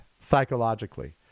psychologically